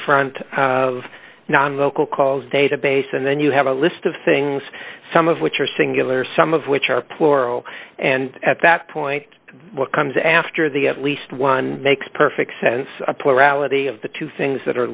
front of non local calls database and then you have a list of things some of which are singular some of which are plural and at that point what comes after the at least one makes perfect sense a plurality of the two things that are